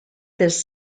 this